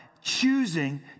choosing